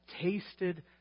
tasted